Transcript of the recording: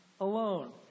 alone